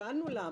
שאלנו: למה?